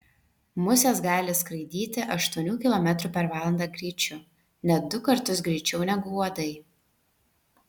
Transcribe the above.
musės gali skraidyti aštuonių kilometrų per valandą greičiu net du kartus greičiau negu uodai